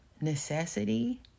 necessity